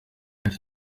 hari